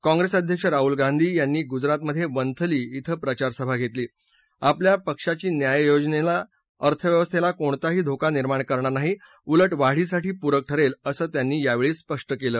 काँप्रेस अध्यक्ष राहुल गांधी यांनी गुजरातमधे वंथली धिं प्रचारसभा घेतली आपल्या पक्षाची न्याय योजना अर्थव्यवस्थेला कसलाही धोका निर्माण करणार नाही उलट वाढीसाठी पूरक ठरेल असं त्यांनी यावेळी स्पष्ट केलं